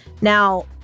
Now